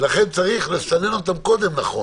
לכן צריך לסנן אותם נכון